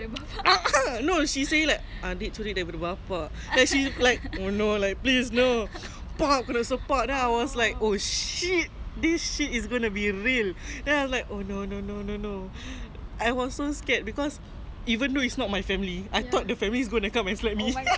a'ah no she say like adik curi daripada bapa then she like oh no like please no bapa kena support ah I was like oh shit this shit is gonna be a real then I like oh no no no no no I was so scared because even though it's not my family I thought the family is going to come and slap me